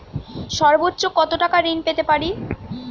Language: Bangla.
সর্বোচ্চ কত টাকা ঋণ পেতে পারি?